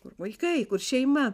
kur vaikai kur šeima